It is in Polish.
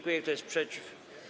Kto jest przeciw?